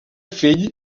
fill